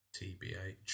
TBH